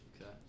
Okay